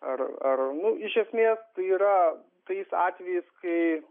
ar ar iš esmė tai yra tais atvejais kai